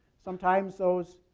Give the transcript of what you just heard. sometimes those